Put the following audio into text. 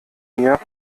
mir